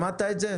שמעת את זה?